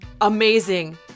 amazing